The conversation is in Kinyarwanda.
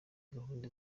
gahunda